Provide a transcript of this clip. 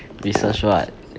research what